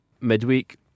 midweek